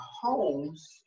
homes